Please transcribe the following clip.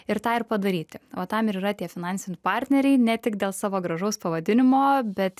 ir tą ir padaryti va tam ir yra tie finansiniai partneriai ne tik dėl savo gražaus pavadinimo bet